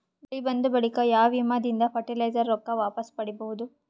ಬೆಳಿ ಬಂದ ಬಳಿಕ ಯಾವ ವಿಮಾ ದಿಂದ ಫರಟಿಲೈಜರ ರೊಕ್ಕ ವಾಪಸ್ ಪಡಿಬಹುದು?